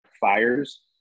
fires